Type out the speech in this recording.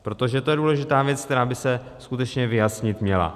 Protože to je důležitá věc, která by se skutečně vyjasnit měla.